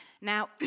Now